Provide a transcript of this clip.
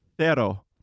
Zero